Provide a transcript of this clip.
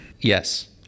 Yes